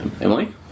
Emily